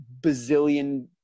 bazillion